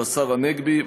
של השר צחי הנגבי,